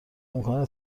امکان